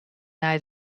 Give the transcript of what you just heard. nei